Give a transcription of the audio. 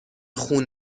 خون